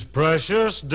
precious